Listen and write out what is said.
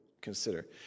consider